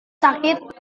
sakit